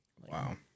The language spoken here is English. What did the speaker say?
Wow